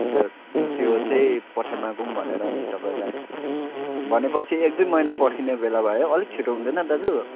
अन्त त्यो चाहिँ पठाइमागौँ भनेर नि तपाईँलाई भने पछि एक दुइ महिना पर्खिने बेला भयो अलिक छिटो हुँदैन दाजु